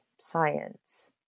science